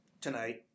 Tonight